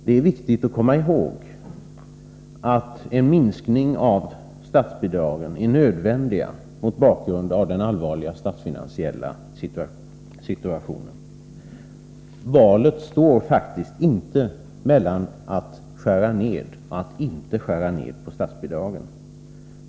Det är viktigt att komma ihåg att en minskning av statsbidragen är nödvändig mot bakgrund av den allvarliga statsfinansiella situationen. Valet står faktiskt inte mellan att skära ned och att inte skära ned på statsbidragen.